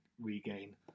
regain